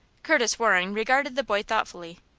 curtis waring regarded the boy thoughtfully.